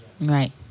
Right